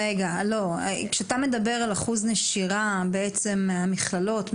כשאתה מדבר על אחוז נשירה בעצם מהמכללות,